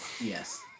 Yes